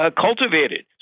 cultivated